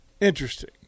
interesting